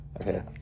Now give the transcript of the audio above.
okay